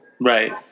Right